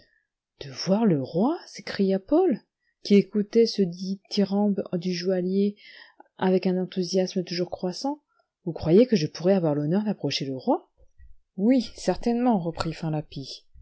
de voir le roi s'écria paul qui écoutait ce dithyrambe du joaillier avec un enthousiasme toujours croissant vous croyez que je pourrais avoir l'honneur d'approcher le roi oui certainement reprit